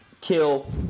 kill